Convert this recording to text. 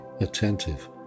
attentive